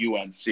UNC